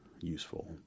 useful